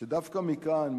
שדווקא מכאן,